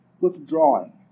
withdrawing